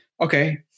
okay